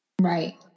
Right